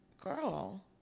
girl